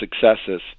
successes